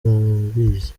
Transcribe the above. barabizi